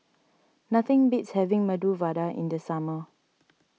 nothing beats having Medu Vada in the summer